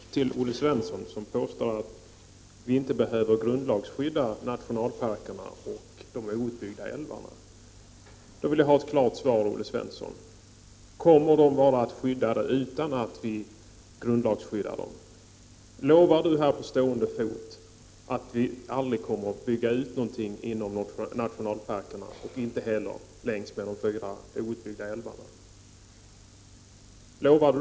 Fru talman! Olle Svensson påstår att vi inte behöver grundlagsskydda nationalparkerna och de outbyggda älvarna. Då vill jag ha ett klart svar: Kommer de att vara skyddade utan att vi grundlagsskyddar dem? Lovar Olle Svensson på stående fot att ni aldrig kommer att bygga ut någonting i någon av nationalparkerna och inte heller längs med de fyra outbyggda älvarna?